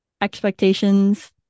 expectations